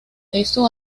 eso